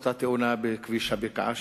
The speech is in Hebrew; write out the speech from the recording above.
אותה תאונה בכביש הבקעה,